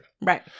Right